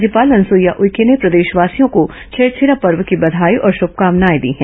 राज्यपाल अनुसुईया उइके ने प्रदेशवासियों को छेराछेरा पर्व की बधाई और श्रभकामनाए दी हैं